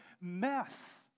mess